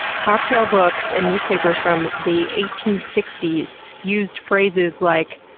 cocktail books and newspapers from the eighteen sixty s used phrases like,